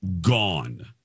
gone